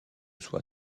soie